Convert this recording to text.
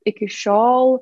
iki šiol